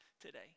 today